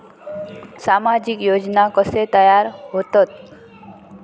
सामाजिक योजना कसे तयार होतत?